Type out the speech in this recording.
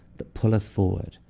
that pull us forward.